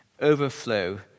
overflow